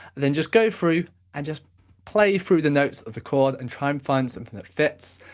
then just go through and just play through the notes of the chord and try and find something that fits.